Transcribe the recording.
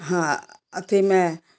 हाँ अथी में